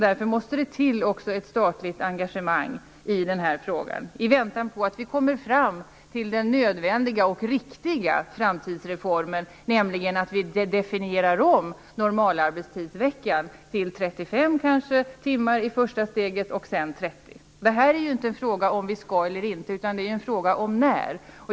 Därför måste det också till ett statligt engagemang i den här frågan i väntan på att vi kommer fram till den nödvändiga och riktiga framtidsreformen, nämligen att vi definierar om normalarbetstidsveckan till kanske 35 timmar i första steget och sedan till 30 timmar. Det är inte en fråga om vi skall eller inte, utan det är en fråga om när.